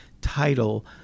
title